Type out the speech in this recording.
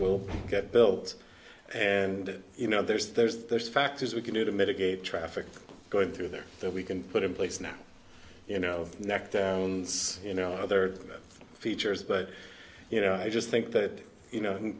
will get built and you know there's there's there's factors we can do to mitigate traffic going through there that we can put in place now you know neck down you know other features but you know i just think that you know